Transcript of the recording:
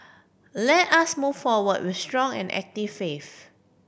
let us move forward with strong and active faith